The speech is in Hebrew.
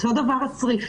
אותו דבר הצריף,